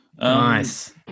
Nice